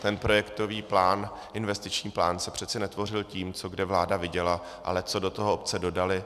Ten projektový plán, investiční plán se přeci netvořil tím, co kde vláda viděla, ale co do toho obce dodaly.